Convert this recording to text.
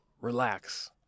relax